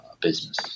Business